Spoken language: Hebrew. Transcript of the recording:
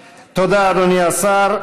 תודה, אדוני השר.